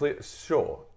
sure